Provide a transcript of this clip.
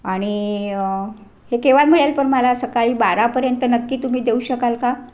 आणि हे केव्हा मिळेल पण मला सकाळी बारापर्यंत नक्की तुम्ही देऊ शकाल का